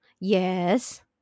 Yes